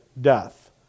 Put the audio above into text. death